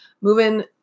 moving